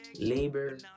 labor